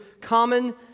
common